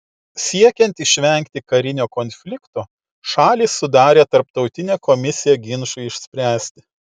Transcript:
siekiant išvengti karinio konflikto šalys sudarė tarptautinę komisiją ginčui išspręsti